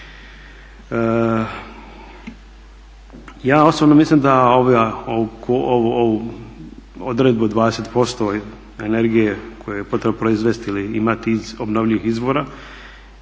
Ja osobno mislim da ovu odredbu 20% energije koju je potrebno proizvesti ili imati iz obnovljivih izvora